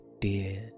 dear